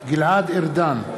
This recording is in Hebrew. גלעד ארדן,